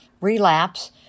relapse